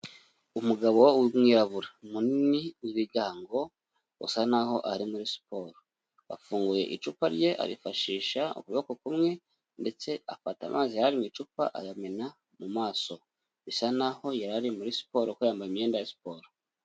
Umugabo w'umwirabura munini w'ibigango usa naho ari muri siporo, yafunguye icupa rye arifashisha ukuboko kumwe ndetse afata amazi yari ari mu icupa ayamena mu maso, bisa naho yari ari muri siporo kuko yambaye imyenda ya siporo.